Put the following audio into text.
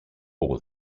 for